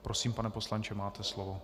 Prosím, pane poslanče, máte slovo.